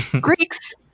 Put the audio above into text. Greeks